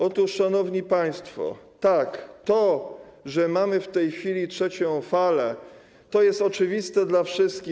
Otóż, szanowni państwo, tak, to, że mamy w tej chwili trzecią falę, to jest oczywiste dla wszystkich.